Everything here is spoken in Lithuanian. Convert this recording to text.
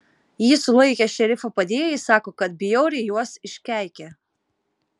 jį sulaikę šerifo padėjėjai sako kad bjauriai juos iškeikė